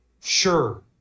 Sure